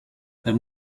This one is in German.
man